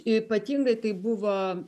ypatingai tai buvo